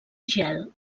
gel